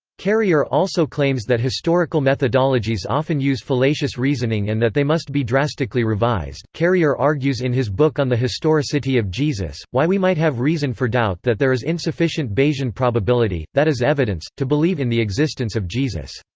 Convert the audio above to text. carrier also claims that historical methodologies often use fallacious reasoning and that they must be drastically revised carrier argues in his book on the historicity of jesus why we might have reason for doubt that there is insufficient bayesian probability, that is evidence, to believe in the existence of jesus.